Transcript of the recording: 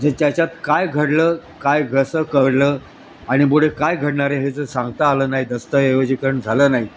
जे त्याच्यात काय घडलं काय कसं घडलं आणि पुढे काय घडणार आहे हे जर सांगता आलं नाही दस्तऐवजीकरण झालं नाही